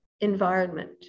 environment